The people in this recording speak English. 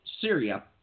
Syria